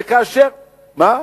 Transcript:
בגלל